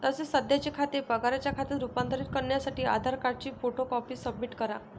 तसेच सध्याचे खाते पगाराच्या खात्यात रूपांतरित करण्यासाठी आधार कार्डची फोटो कॉपी सबमिट करा